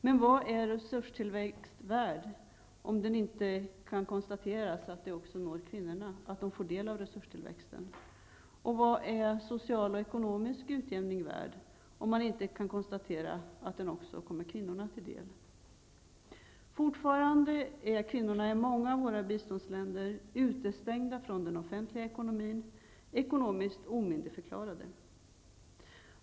Men vad är resurstillväxt värd om man inte kan konstatera att också kvinnorna får del av resurstillväxten? Vad är social och ekonomisk utjämning värd om man inte kan konstatera att den kommer också kvinnorna till del? Fortfarande är kvinnorna i många av våra biståndsländer utestängda från den offentliga ekonomin, ekonomiskt omyndigförklarade.